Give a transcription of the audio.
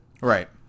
Right